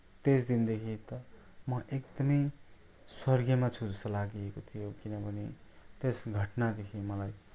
त्यस दिनदेखि त म एकदमै स्वर्गमा छु जस्तो लागेको थियो किनभने त्यस घटनादेखि मलाई